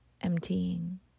emptying